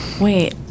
wait